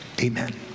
amen